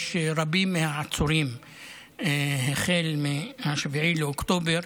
יש רבים שעצורים החל מ-7 לאוקטובר,